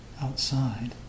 outside